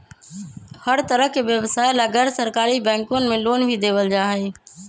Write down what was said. हर तरह के व्यवसाय ला गैर सरकारी बैंकवन मे लोन भी देवल जाहई